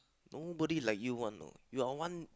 nobody like you one know you are one